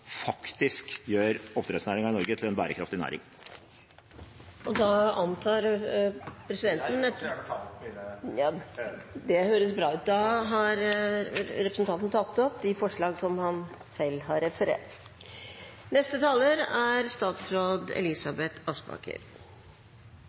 faktisk gjør oppdrettsnæringen i Norge til en bærekraftig næring. Da antar presidenten … Jeg vil gjerne ta opp forslagene fra Miljøpartiet De Grønne. Da har representanten Rasmus Hansson tatt opp de forslagene han refererte til. Norsk havbruksnæring har